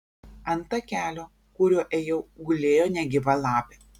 ant takelio kuriuo ėjau gulėjo negyva lapė